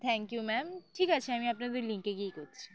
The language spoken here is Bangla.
থ্যাংক ইউ ম্যাম ঠিক আছে আমি আপনাদের লিংকে গিয়েই করছি